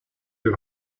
the